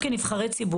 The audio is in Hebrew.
"בבית חולים,